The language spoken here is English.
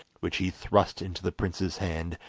which he thrust into the prince's hand,